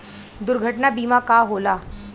दुर्घटना बीमा का होला?